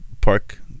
park